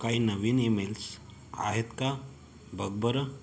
काही नवीन ईमेल्स आहेत का बघ बरं